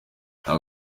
nta